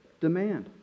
demand